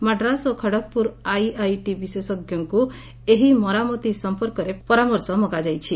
ମାଡ୍ରାସ୍ ଓ ଖଡ଼ଗପୁର ଆଇଆଇଟି ବିଶେଷ୍କଙ୍କୁ ଏହି ମରାମତି ସଂପର୍କରେ ପରାମର୍ଶ ମଗାଯାଇଛି